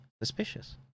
suspicious